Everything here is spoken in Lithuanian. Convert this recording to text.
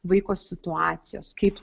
vaiko situacijos kaip